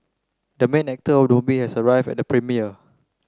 the main actor of the movie has arrived at the premiere